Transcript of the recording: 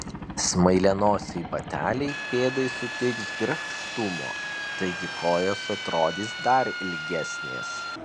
smailianosiai bateliai pėdai suteiks grakštumo taigi kojos atrodys dar ilgesnės